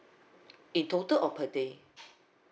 in total or per day